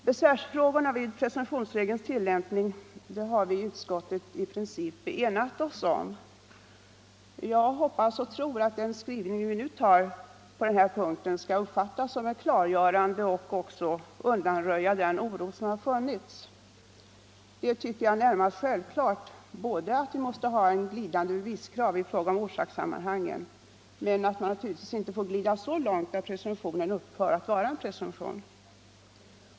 Besvärsfrågorna vid presumtionsregelns tillämpning har vi i utskottet i princip enat oss om. Jag hoppas och tror att den skrivning vi gjort på den här punkten skall uppfattas som klargörande och undanröja den oro som har funnits. Det är, tycker jag, närmast självklart både att vi måste ha glidande beviskrav i fråga om orsakssammanhangen och att de inte får glida så långt att presumtionen upphör att vara en presumtion.